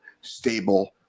stable